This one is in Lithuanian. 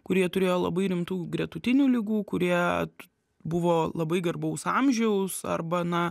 kurie turėjo labai rimtų gretutinių ligų kurie buvo labai garbaus amžiaus arba na